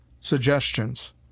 Suggestions